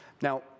Now